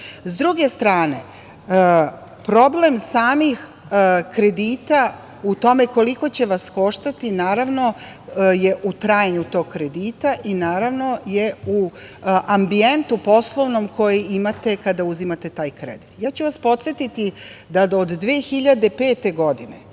sa druge strane, problem samih kredita u tome koliko će vas koštati, naravno je u trajanju tog kredita i naravno je u ambijentu poslovnom koji imate kada uzimate taj kredit. Ja ću vas podsetiti kada su